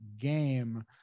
game